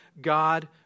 God